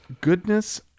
goodness